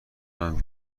دارم